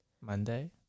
Monday